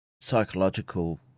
psychological